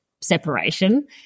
separation